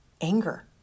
anger